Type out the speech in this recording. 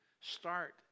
start